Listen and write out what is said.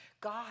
God